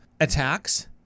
Attacks